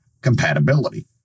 Compatibility